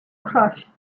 crush